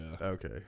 Okay